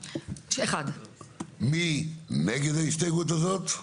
מי נגד ההסתייגות הזאת,